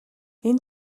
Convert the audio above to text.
энэ